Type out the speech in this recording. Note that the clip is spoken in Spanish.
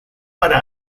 para